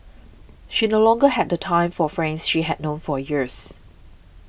she no longer had the time for friends she had known for years